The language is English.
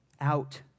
out